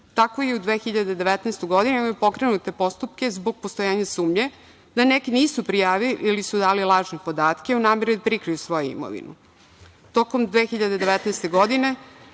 je i u 2019. godini pokrenut postupak zbog postojanja sumnje da neki nisu prijavili, ili su dali lažne podatke, u nameri da prikriju svoju imovinu.